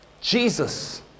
Jesus